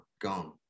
gone